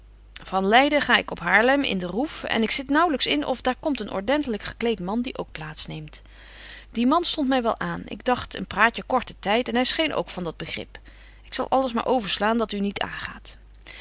van leiden ga ik op haarlem in den roef en ik zit er naauwlyks in of daar komt een ordentelyk gekleet man die ook plaats neemt die man stondt my wel aan ik dagt een praatje kort den tyd en hy scheen ook van dat begrip ik zal alles maar overslaan dat u niet aangaat